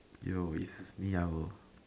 yo if it's me I will